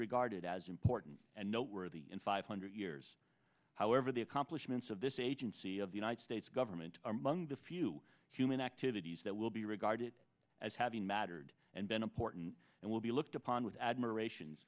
regarded as important and noteworthy in five hundred years however the accomplishments of this agency of the united states government are munk the few human activities that will be regarded as having mattered and been important and will be looked upon with admiration